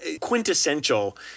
quintessential